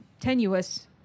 tenuous